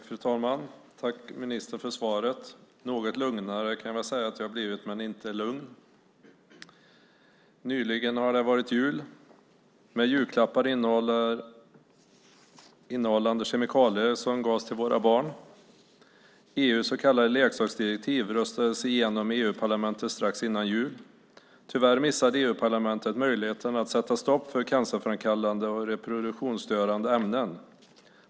Fru talman! Tack, ministern för svaret! Något lugnare kan jag säga att jag har blivit men inte lugn. Nyligen har det varit jul, med julklappar innehållande kemikalier som gavs till våra barn. EU:s så kallade leksaksdirektiv röstades igenom i EU-parlamentet strax före jul. Tyvärr missade EU-parlamentet möjligheten att sätta stopp för cancerframkallande och reproduktionsstörande ämnen.